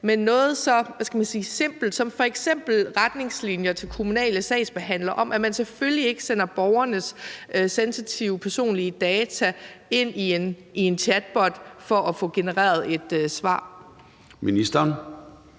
man sige, simpelt som f.eks. retningslinjer til kommunale sagsbehandlere om, at man selvfølgelig ikke sender borgernes sensitive personlige data ind i en chatbot for at få genereret et svar.